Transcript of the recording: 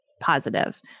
positive